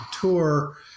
tour